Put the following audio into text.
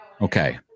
okay